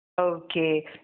Okay